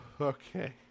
okay